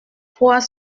trois